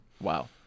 Wow